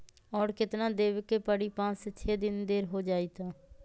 और केतना देब के परी पाँच से छे दिन देर हो जाई त?